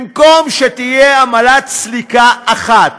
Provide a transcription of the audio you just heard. במקום שתהיה עמלת סליקה אחת,